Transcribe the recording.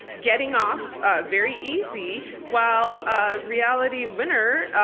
getting off ah very easy, while ah reality winner,